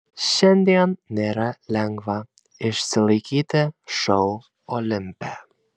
šiandien nėra lengva išsilaikyti šou olimpe